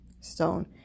stone